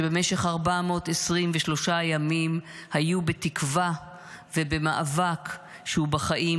שבמשך 423 ימים היו בתקווה ובמאבק שהוא בחיים,